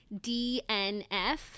DNF